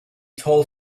told